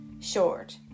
short